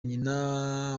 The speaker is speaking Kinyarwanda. nyina